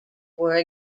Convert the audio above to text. were